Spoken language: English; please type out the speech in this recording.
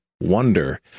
wonder